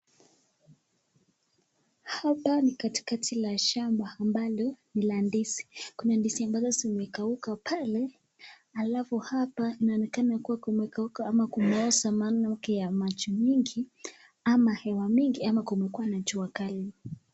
Hapa ni katikati ya shamba ambalo Kuna ndizi Kuna ndizi ambalo zimekaukabpale alfu hapa inonekana kukauka ama kunusa samani nuka ya maji mingi ama hewa mingi ama kumekuwa na jua Kali.